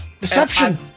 deception